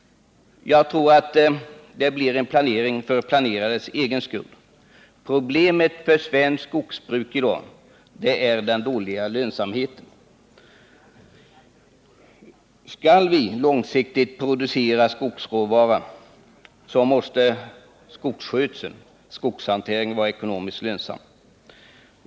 Jag tror att det blir en planering för planerandets egen skull. Problemet för svenskt skogsbruk i dag är den dåliga lönsamheten. Skall vi långsiktigt kunna producera skogsråvara, måste skogshanteringen vara ekonomiskt lönsam.